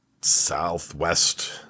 southwest